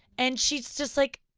and she's just like,